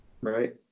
Right